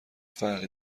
فرقی